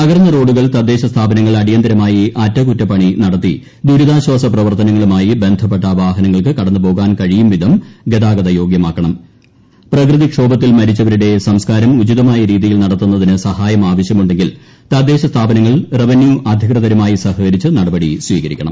തകർന്ന റോഡുകൾ തദ്ദേശസ്ഥാപനങ്ങൾ അടിയന്തരമായി അറ്റകുറ്റപ്പണി നടത്തി ദുരിതാശ്ചാസ പ്രവർത്തനങ്ങളുമായി ബന്ധപ്പെട്ട വാഹനങ്ങൾക്ക് കടന്നു പോകാൻ കഴിയുന്ന വിധം പ്രകൃതിക്ഷോഭത്തിൽ മരിച്ചവരുടെ സംസ്ക്കാരം ഉചിതമായ രീതിയിൽ നടത്തുന്നതിന് സഹായം ആവശ്യമുണ്ടെങ്കിൽ തദ്ദേശസ്ഥാപനങ്ങൾ റവന്യു അധികൃതരുമായി സഹകരിച്ച് നടപടി സ്വീകരിക്കണം